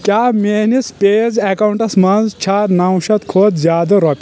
کیٛاہ میٲنِس پیز اکاونٹَس منٛز چھا نو شتھ کھۄتہٕ زِیٛادٕ رۄپ؟